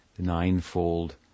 Ninefold